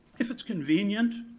if it's convenient,